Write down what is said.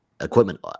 equipment